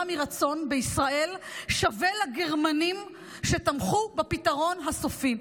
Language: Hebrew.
מרצון בישראל שווה לגרמנים שתמכו בפתרון הסופי.